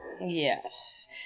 Yes